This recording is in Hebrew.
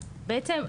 בעצם,